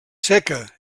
seca